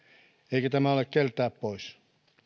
eikä tämä ole keltään pois